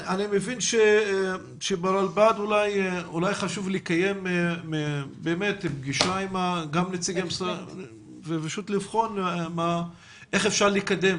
אני מבין שברלב"ד אולי חשוב לקיים פגישה ולבחון איך אפשר לקדם